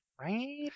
Right